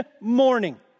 morning